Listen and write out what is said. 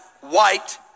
white